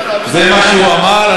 זה מה שהוא אמר.